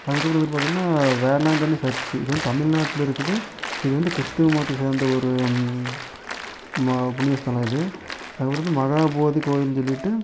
அதுக்கப்புறம் வந்துட்டு பார்த்திங்கனா வேளாங்கண்ணி சர்ச்சு இது வந்து தமிழ்நாட்டில இருக்குது இது வந்து கிறிஸ்துவ மதத்தை சேர்ந்த ஒரு மா புண்ணியஸ்தலம் இது அதுக்கப்புறம் வந்து மகாபோதி கோயில்ன்னு சொல்லிட்டு